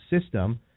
system